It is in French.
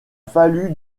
valu